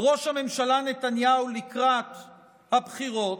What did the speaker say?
ראש הממשלה נתניהו לקראת הבחירות,